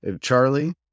charlie